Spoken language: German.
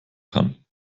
kann